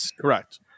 Correct